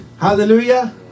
Hallelujah